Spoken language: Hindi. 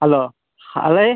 हलो अरे